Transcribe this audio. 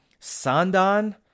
Sandan